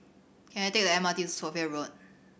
can I take the M R T to Sophia Road